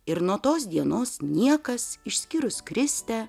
ir nuo tos dienos niekas išskyrus kristę